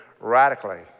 radically